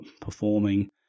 performing